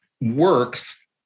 Works